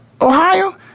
Ohio